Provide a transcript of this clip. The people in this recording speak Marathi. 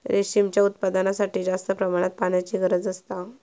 रेशीमच्या उत्पादनासाठी जास्त प्रमाणात पाण्याची गरज असता